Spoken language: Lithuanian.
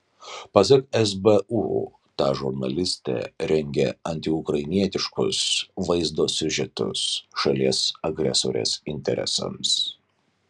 pasak sbu ta žurnalistė rengė antiukrainietiškus vaizdo siužetus šalies agresorės interesams